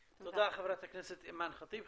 תודה, חברת הכנסת אימאן ח'טיב.